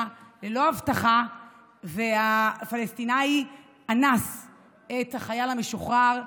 וללא אבטחה והפלסטיני אנס את החייל המשוחרר.